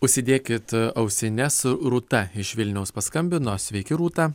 užsidėkit ausines rūta iš vilniaus paskambino sveiki rūta